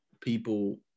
people